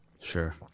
Sure